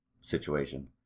situation